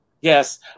Yes